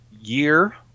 year